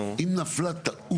אם נפלה טעות.